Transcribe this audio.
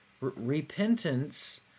Repentance